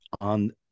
on